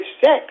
sex